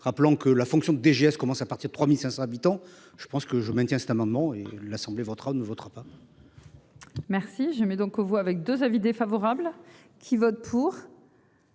rappelant que la fonction que DGS commence à partir de 3500 habitants. Je pense que je maintiens cet amendement et l'Assemblée votera ou votera pas. Merci je mets donc aux voix avec 2 avis défavorable qui vote pour.